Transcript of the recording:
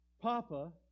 Papa